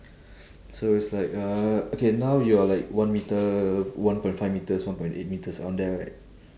so it's like uh okay now you are like one metre one point five metres one point eight metres around there right